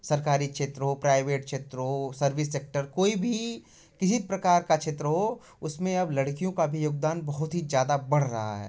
सरकारी क्षेत्र हो प्रैवेट क्षेत्र हो सर्विस सेक्टर कोई भी किसी प्रकार का क्षेत्र हो उसमें अब लड़कियों का भी योगदान बहुत ही ज़्यादा बढ़ रहा है